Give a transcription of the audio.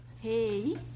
Hey